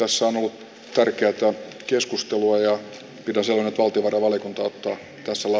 osamu tarkentaa keskustelua ja nyt osunut valtiovarainvaliokunta ottaa tasalla